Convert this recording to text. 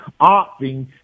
opting